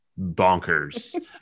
bonkers